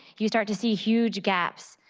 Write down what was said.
you start to see huge gaps,